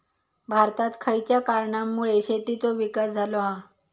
भारतात खयच्या कारणांमुळे शेतीचो विकास झालो हा?